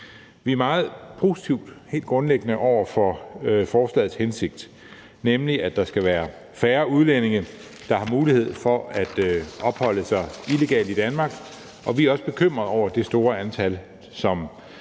meget positive over for forslagets hensigt, nemlig at der skal være færre udlændinge, der har mulighed for at opholde sig illegalt i Danmark, og vi er også bekymrede over det store antal, som